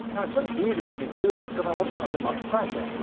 now it's very easy for me to do that because i wasn't under much pressure.